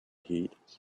heat